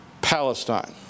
Palestine